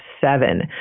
seven